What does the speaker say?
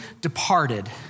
departed